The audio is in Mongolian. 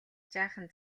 жаахан